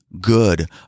good